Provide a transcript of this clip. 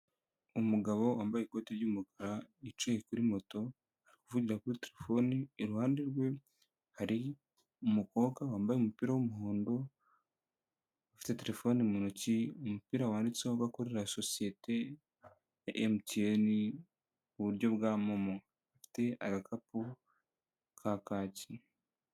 Umugabo wambaye ikoti ry'umukara yicaye kuri moto avugira kuri terefone, iruhande rwe hari umukobwa wambaye umupira w'umuhondo ufite telefone mu ntoki, umupira wanditseho ko akorera sosiyete ya emutiyeni mu buryo bwa momo, afite agakapu ka kaki.